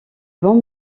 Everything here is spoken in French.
bons